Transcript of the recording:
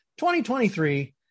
2023